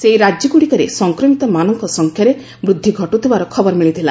ସେହି ରାଜ୍ୟ ଗୁଡ଼ିକରେ ସଂକ୍ରମିତମାନଙ୍କ ସଂଖ୍ୟାରେ ବୃଦ୍ଧି ଘଟୁଥିବାର ଖବର ମିଳିଥିଲା